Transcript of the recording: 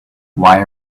why